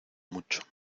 mucho